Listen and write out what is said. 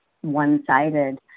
one-sided